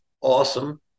Awesome